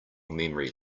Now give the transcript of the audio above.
memory